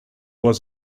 was